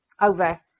over